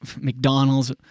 McDonald's